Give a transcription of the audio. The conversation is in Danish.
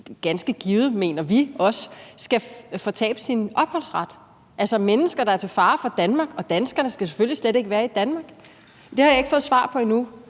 ganske givet, mener vi, også skal fortabe sin opholdsret. Altså, mennesker, der er til fare for Danmark og danskerne, skal selvfølgelig slet ikke være i Danmark. Det har jeg ikke fået svar på endnu,